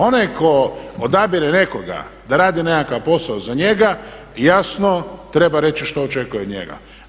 Onaj tko odabire nekoga da radi nekakav posao za njega, jasno treba reći što očekuje od njega.